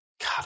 God